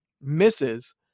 misses